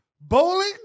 Bowling